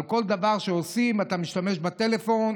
על כל דבר שעושים: אתה משתמש בטלפון,